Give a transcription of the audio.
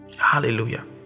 Hallelujah